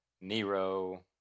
Nero